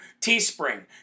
Teespring